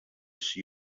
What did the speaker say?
see